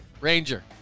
Ranger